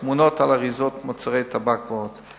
תמונות על אריזות מוצרי טבק ועוד.